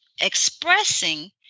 expressing